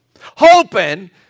Hoping